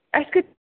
اَسہِ کۭت